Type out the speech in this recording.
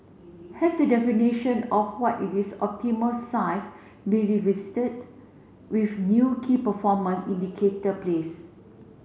has the definition of what is this optimal size really visited with new key indicator place